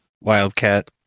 Wildcat